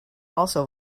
also